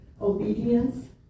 Obedience